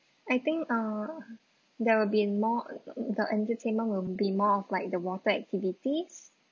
I think uh there will be more the entertainment will be more of like the water activities